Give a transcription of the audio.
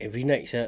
every night sia